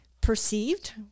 perceived